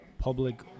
public